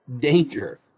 Danger